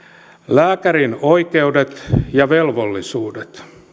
lääkärin oikeudet ja velvollisuudet